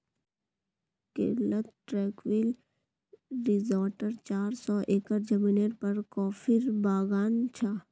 केरलत ट्रैंक्विल रिज़ॉर्टत चार सौ एकड़ ज़मीनेर पर कॉफीर बागान छ